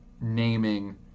naming